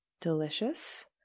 Delicious